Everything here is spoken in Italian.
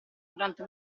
durante